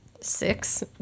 Six